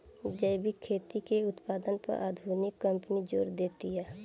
जैविक खेती के उत्पादन पर आधुनिक कंपनी जोर देतिया